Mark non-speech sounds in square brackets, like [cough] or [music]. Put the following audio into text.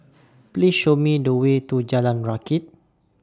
[noise] Please Show Me The Way to Jalan Rakit